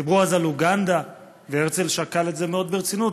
דיברו אז על אוגנדה והרצל שקל את זה מאוד ברצינות,